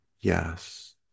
yes